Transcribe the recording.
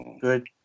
Good